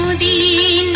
the